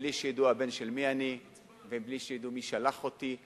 בלי שתדע הבן של מי אני ובלי שתדע מי שלח אותי.